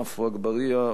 עפו אגבאריה,